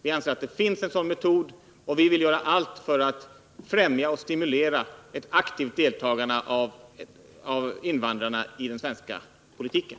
Vi anser att det finns en sådan metod, och vi vill göra allt för att främja och stimulera ett aktivt deltagande av invandrarna i den svenska politiken.